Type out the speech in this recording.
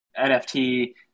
NFT